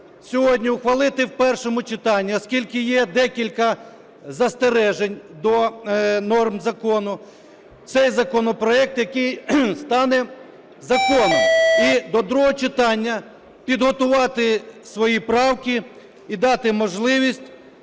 сьогодні ухвалити в першому читанні, оскільки є декілька застережень до норм закону, цей законопроект, який стане законом. І до другого читання підготувати свої правки і дати можливість